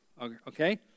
Okay